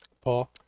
paul